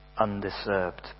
undisturbed